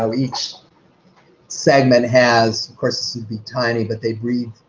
um each segment has, of course it'd be tiny, but they breathe.